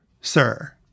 Sir